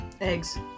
eggs